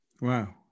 wow